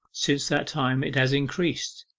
since that time it has increased,